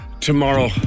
Tomorrow